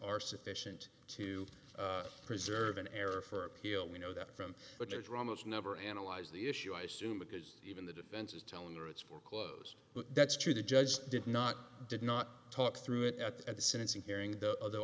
are sufficient to preserve an error for appeal we know that from but their dramas never analyze the issue i assume because even the defense is telling them it's foreclosed that's true the judge did not did not talk through it at the sentencing hearing the